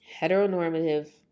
heteronormative